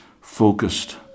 focused